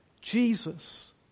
Jesus